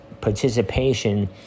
participation